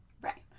Right